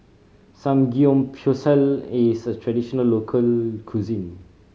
samgeyopsal is a traditional local cuisine